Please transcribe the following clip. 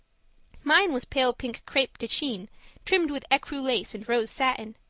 mine was pale pink crepe de chine trimmed with ecru lace and rose satin.